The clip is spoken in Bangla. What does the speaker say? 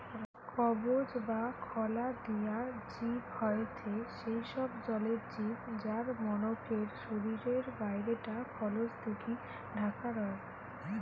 কবচ বা খলা দিয়া জিব হয়থে সেই সব জলের জিব যার মনকের শরীরের বাইরে টা খলস দিকি ঢাকা রয়